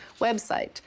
website